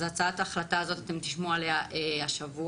על הצעת ההחלטה הזאת תשמעו השבוע.